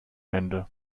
ende